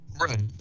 Right